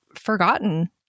forgotten